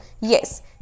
Yes